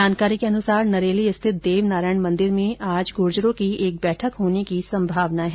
जानकारी के अनुसार नरेली स्थित देवनारायण मन्दिर में आज गुर्जरों की एक बैठक होने की संभावना है